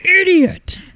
idiot